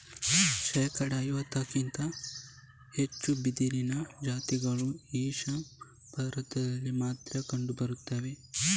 ಶೇಕಡಾ ಐವತ್ತಕ್ಕಿಂತ ಹೆಚ್ಚು ಬಿದಿರಿನ ಜಾತಿಗಳು ಈಶಾನ್ಯ ಭಾರತದಲ್ಲಿ ಮಾತ್ರ ಕಂಡು ಬರ್ತವೆ